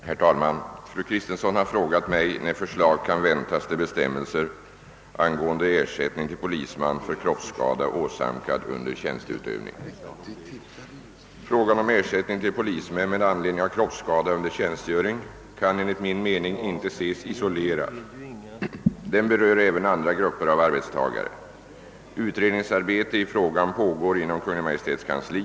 Herr talman! Fru Kristensson har frågat mig när förslag kan väntas till bestämmelser angående ersättning till polisman för kroppsskada åsamkad under tjänsteutövning. Frågan om ersättning till polismän med anledning av kroppsskada under tjänstgöring kan enligt min mening inte ses isolerad. Den berör även andra Srupper av arbetstagare. Utredningsarbete i frågan pågår inom Kungl. Maj:ts kansli.